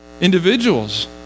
Individuals